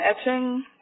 etching